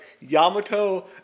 Yamato